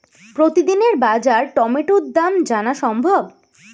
প্রতিদিনের বাজার টমেটোর দাম জানা সম্ভব?